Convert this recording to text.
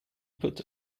put